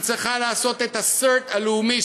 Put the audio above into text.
היא צריכה לעשות את ה-CERT הלאומי,